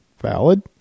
Valid